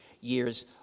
years